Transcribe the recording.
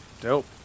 Dope